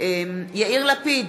יאיר לפיד,